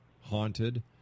haunted